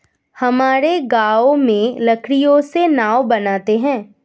हमारे गांव में लकड़ियों से नाव बनते हैं